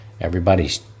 Everybody's